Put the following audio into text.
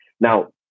Now